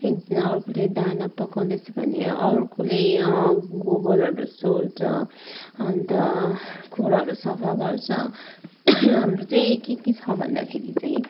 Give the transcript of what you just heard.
एकजना अर्कोले दाना पकाउँदैछ भने अर्कोले गोबरहरू सोर्छ अन्त खोरहरू सफा गर्छ हाम्रो चाहिँ के के छ भन्दाखेरि चाहिँ